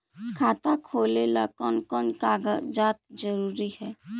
खाता खोलें ला कोन कोन कागजात जरूरी है?